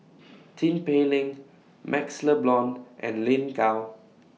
Tin Pei Ling MaxLe Blond and Lin Gao